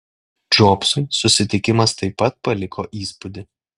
džobsui susitikimas taip pat paliko įspūdį